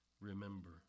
remember